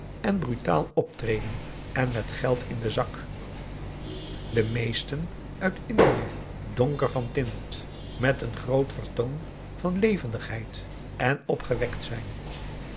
en brutaal optreden en met geld in den zak de meesten uit indië donker van tint met een groot vertoon van levendigheid en opgewekt zijn